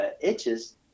itches